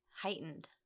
Heightened